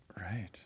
Right